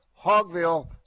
Hogville